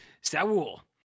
Saul